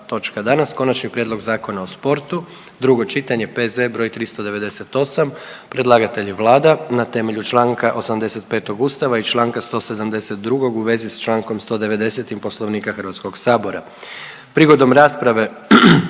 Konačni prijedlog Zakona o sportu, drugo čitanje, P.Z. br. 398. Predlagatelj je Vlada na temelju članka 85. Ustava i članka 172. u vezi sa člankom 190. Poslovnika Hrvatskog sabora.